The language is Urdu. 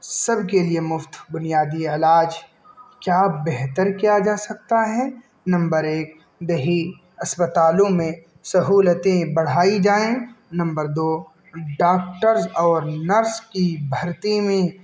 سب کے لیے مفت بنیادی علاج کیا بہتر کیا جا سکتا ہے نمبر ایک دیہی اسپتالوں میں سہولتیں بڑھائی جائیں نمبر دو ڈاکٹرز اور نرس کی بھرتی میں